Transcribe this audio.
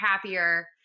happier